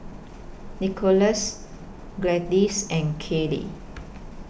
Nickolas Gladyce and Keeley